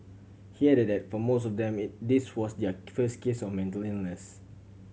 he added that for most of them it this was their first case of mental illness